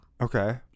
Okay